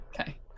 Okay